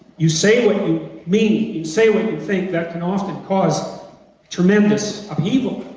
you say what you mean, you say what you think that can often cause tremendous upheaval,